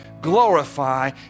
Glorify